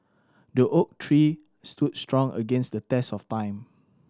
the oak tree stood strong against the test of time